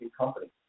company